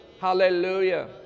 hallelujah